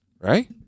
right